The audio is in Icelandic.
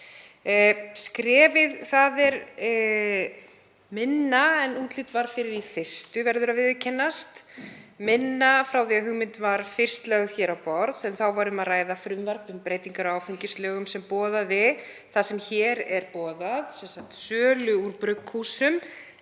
Skrefið er styttra en útlit var fyrir í fyrstu, það verður að viðurkennast, styttra frá því hugmyndin var fyrst lögð á borð. Þá var um að ræða frumvarp um breytingar á áfengislögum sem boðaði það sem hér er boðað, sölu úr brugghúsum,